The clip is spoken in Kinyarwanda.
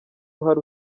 uhari